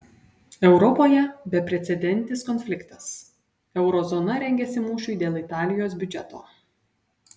europoje beprecedentis konfliktas euro zona rengiasi mūšiui dėl italijos biudžeto